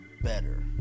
better